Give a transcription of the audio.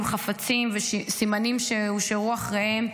עם חפצים וסימנים שהושארו אחריהם,